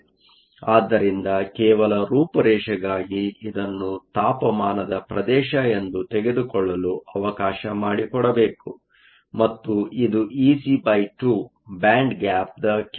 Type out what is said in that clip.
ಆದ್ದರಿಂದ ಕೇವಲ ರೂಪುರೇಷೆಗಾಗಿ ಇದನ್ನು ತಾಪಮಾನದ ಪ್ರವೇಶ ಎಂದು ತೆಗೆದುಕೊಳ್ಳಲು ಅವಕಾಶ ಮಾಡಿಕೊಡಬೇಕು ಮತ್ತು ಇದು Eg2 ಬ್ಯಾಂಡ್ ಗ್ಯಾಪ್Band gapದ ಕೇಂದ್ರವಾಗಿದೆ